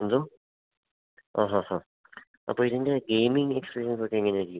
എന്തോ ആഹാ ആ അപ്പോൾ ഇതിൻ്റ ഗെയിമിംഗ് എക്സ്പീരിയൻസൊക്ക എങ്ങനെയായിരിക്കും